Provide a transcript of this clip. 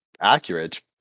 accurate